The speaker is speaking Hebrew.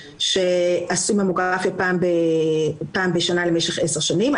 שעשו ממוגרפיה פעם בשנה למשך 10 שנים,